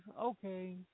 Okay